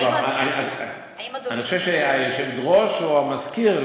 אני חושב שהיושבת-ראש או המזכיר,